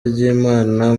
ry’imana